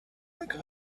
like